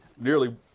nearly